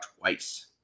twice